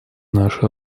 наша